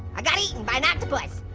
i got eaten by an octopus.